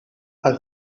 als